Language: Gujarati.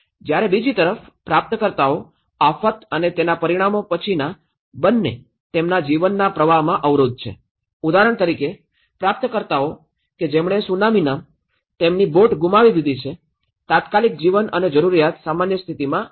જ્યારે બીજી તરફ પ્રાપ્તકર્તાઓ આફત અને તેના પરિણામો પછીના બંને તેમના જીવનના પ્રવાહમાં અવરોધ છે ઉદાહરણ તરીકે પ્રાપ્તિકર્તાઓ કે જેમણે સુનામીમાં તેમની બોટ ગુમાવી દીધી છે તાત્કાલિક જીવન અને જરૂરિયાત સામાન્ય સ્થિતિમાં આવી રહી છે